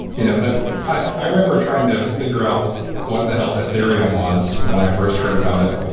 you know ah i remember trying to figure out what the hell ethereum was when i first heard about it,